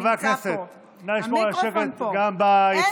חברי הכנסת, נא לשמור על השקט גם ביציעים.